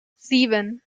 sieben